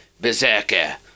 Berserker